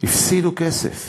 הפסידו כסף